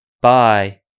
bye